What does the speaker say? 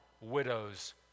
widows